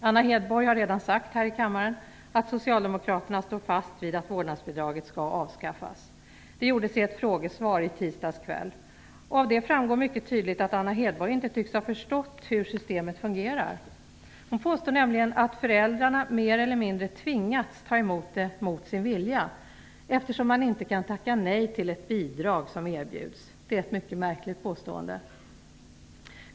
Anna Hedborg har redan sagt här i kammaren att Socialdemokraterna står fast vid att vårdnadsbidraget skall avskaffas. Det gjorde hon i ett frågesvar i tisdags kväll. Av det framgår mycket tydligt att Anna Hedborg inte tycks ha förstått hur systemet fungerar. Hon påstår nämligen att föräldrarna mer eller mindre tvingats ta emot det mot sin vilja, eftersom man inte kan tacka nej till ett bidrag som erbjuds. Det är ett mycket märkligt påstående.